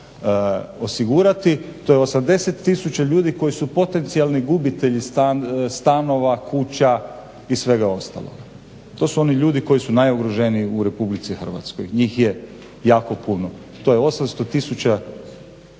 osigurati. To je 80 tisuća ljudi koji su potencijalni gubitelji stanova, kuća i svega ostaloga. To su oni ljudi koji su najugroženiji u RH, njih je jako puno. To je 700